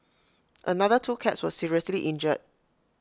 another two cats were seriously injured